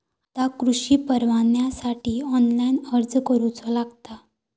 आता कृषीपरवान्यासाठी ऑनलाइन अर्ज करूचो लागता